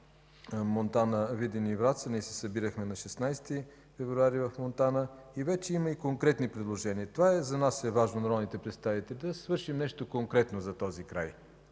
Монтана, Видин и Враца. Ние се събирахме на 16 февруари в Монтана – вече има и конкретни предложения. За нас е важно – народните представители, да се свърши нещо конкретно за този край.